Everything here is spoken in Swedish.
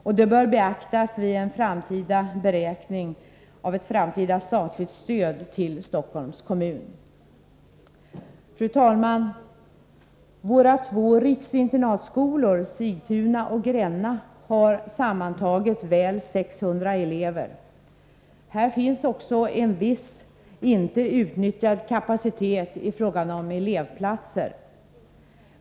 Och det bör beaktas vid en beräkning av ett framtida statligt stöd till Stockholms kommun. Fru talman! Våra två riksinternatskolor, Sigtuna och Gränna, har sammantaget väl 600 elever. Här finns också en viss inte utnyttjad kapacitet i fråga om elevplatser.